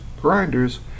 grinders